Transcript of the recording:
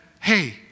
hey